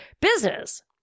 business